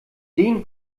den